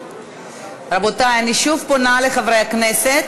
רבותי, אני שוב פונה לחברי הכנסת.